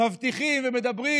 מבטיחים ומדברים,